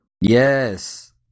Yes